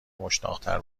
مشتاقتر